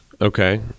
Okay